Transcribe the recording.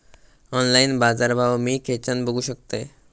Online बाजारभाव मी खेच्यान बघू शकतय?